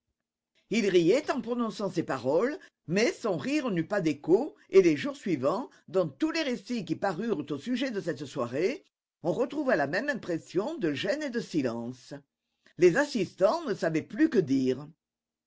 il riait en prononçant ces paroles mais son rire n'eut pas d'écho et les jours suivants dans tous les récits qui parurent au sujet de cette soirée on retrouva la même impression de gêne et de silence les assistants ne savaient plus que dire